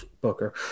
Booker